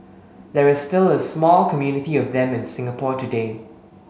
there is still a small community of them in Singapore today